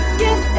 give